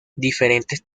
diferentes